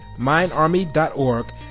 mindarmy.org